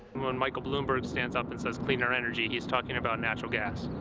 when michael bloomberg stands up and says, cleaner energy, he's talking about natural gas.